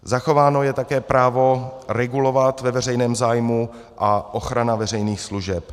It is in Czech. Zachováno je také právo regulovat ve veřejném zájmu a ochrana veřejných služeb.